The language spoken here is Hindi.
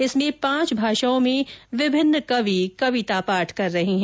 इसमें पांच भाषाओं में विभिन्न कवि कविता पाठ कर रहे है